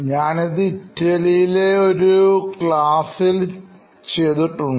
ഞാനിത് ഇറ്റലിയിലെ ഒരു ക്ലാസിൽ ചെയ്തിട്ടുണ്ട്